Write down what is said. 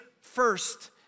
first